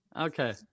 Okay